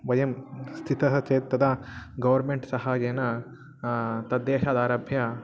वयं स्थितः चेत् तदा गोर्मेण्ट् सहायेन तद् देशादारभ्य